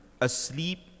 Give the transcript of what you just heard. asleep